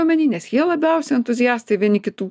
omeny nes jie labiausiai entuziastai vieni kitų